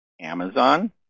Amazon